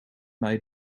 mij